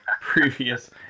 previous